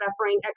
suffering